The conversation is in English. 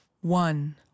one